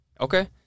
okay